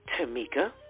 Tamika